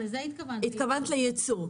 התכוונת לייצוא.